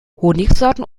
honigsorten